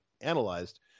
analyzed